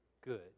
good